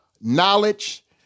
knowledge